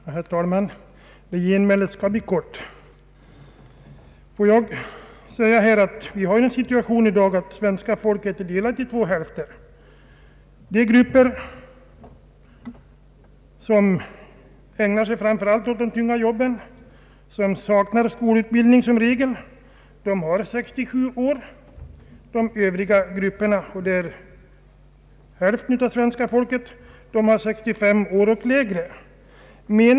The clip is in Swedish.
Herr talman! Detta genmäle skall bli kort! Vi har ju den situationen i dag att svenska folket är delat i två hälfter. De grupper som framför allt ägnar sig åt de tunga jobben, och i regel saknar skolutbildning, har 67 år som pensionsålder. För de övriga grupperna — hälften av svenska folket — är pensionsåldern 65 år eller lägre.